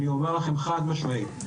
אני אומר לכם חד משמעית,